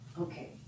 Okay